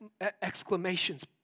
exclamations